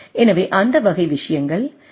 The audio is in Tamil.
எனவே அந்த வகை விஷயங்கள் எல்